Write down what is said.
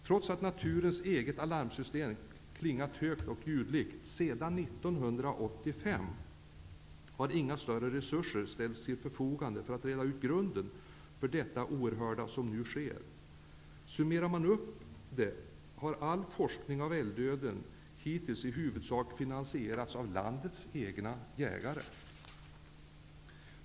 Trots att naturens eget alarmsystem klingat högt och ljudligt sedan 1985 har inga större resurser ställts till förfogande för att reda ut orsaken till det oerhörda som nu sker. Summerar man upp det, framgår det att all forskning om älgdöden hittills i huvudsak har finansierats av landets jägare.